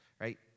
right